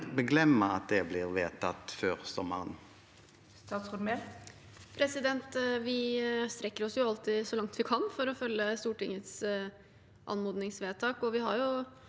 glemme at det blir vedtatt før sommeren? Statsråd Emilie Mehl Vi strekker oss all- tid så langt vi kan for å følge Stortingets anmodningsvedtak.